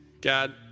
God